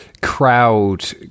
crowd